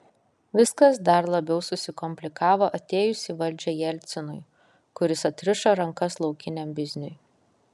viskas dar labiau susikomplikavo atėjus į valdžią jelcinui kuris atrišo rankas laukiniam bizniui